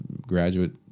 graduate